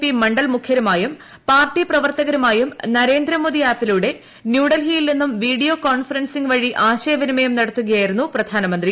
P മണ്ഡൽ മുഖ്യരുമായും party പ്രവർത്തകരുമായും നരേന്ദ്രമോദി ആപ്പിലൂടെ ന്യൂഡൽഹിയിൽ നിന്നും വീഡിയോ കോൺഫെറൻസിംഗ് വഴി ആശയ വിനിമയം നടത്തുകയായിരുന്നു പ്രധാനമന്ത്രി